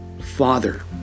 Father